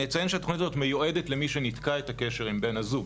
אציין שהתוכנית הזאת מיועדת למי שניתקה את הקשר עם בן הזוג,